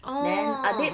oh